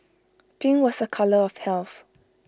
pink was A colour of health